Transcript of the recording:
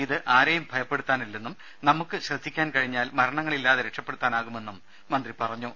ഇത് ആരെയും ഭയപ്പെടുത്താനല്ലെന്നും നമുക്ക് ശ്രദ്ധിക്കാൻ കഴിഞ്ഞാൽ മരണങ്ങളില്ലാതെ രക്ഷപ്പെടുത്താൻ ആകുമെന്നും മന്ത്രി പറഞ്ഞു